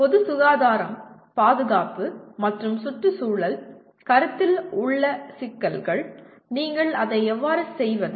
பொது சுகாதாரம் பாதுகாப்பு மற்றும் சுற்றுச்சூழல் கருத்தில் உள்ள சிக்கல்கள் நீங்கள் அதை எவ்வாறு செய்வது